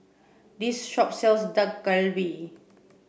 this shop sells Dak Galbi